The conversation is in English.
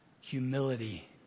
humility